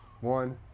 one